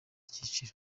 icyiciro